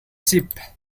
ship